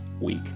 week